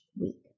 week